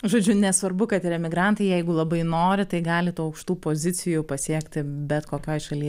žodžiu nesvarbu kad ir emigrantai jeigu labai nori tai gali tų aukštų pozicijų pasiekti bet kokioj šaly